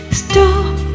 stop